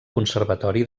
conservatori